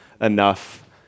enough